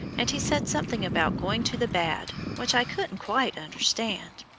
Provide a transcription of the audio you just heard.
and he said something about going to the bad, which i couldn't quite understand.